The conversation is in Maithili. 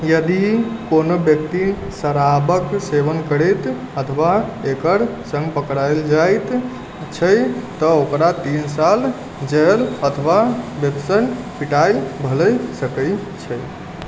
यदि कोनो व्यक्ति शराबक सेवन करैत अथवा एकर सङ्ग पकड़ल जाइत छै तऽ ओकरा तीन साल जेल अथवा बेंतसँ पिटाइ भले सकैत छै